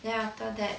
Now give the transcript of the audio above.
then after that